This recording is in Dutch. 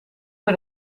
met